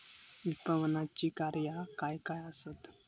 विपणनाची कार्या काय काय आसत?